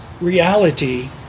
reality